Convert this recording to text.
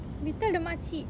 we tell the mak cik